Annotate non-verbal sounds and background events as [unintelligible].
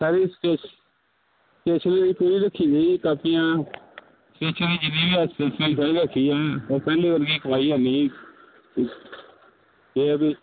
ਸਾਰੀ ਸਟੇਸ਼ ਸਟੇਸ਼ਨਰੀ ਪੂਰੀ ਰੱਖੀ ਵੀ ਹੈ ਜੀ ਕਾਪੀਆਂ [unintelligible] ਰੱਖੀ ਵੀ ਹੈ ਪਰ ਪਹਿਲੇ ਵਰਗੀ ਕਮਾਈ ਹੈ ਨਹੀਂ ਜੀ ਇਹ ਹੈ ਵੀ